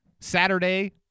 Saturday